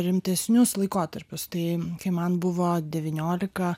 rimtesnius laikotarpius tai kai man buvo devyniolika